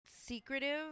secretive